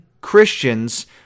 Christians